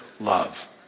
love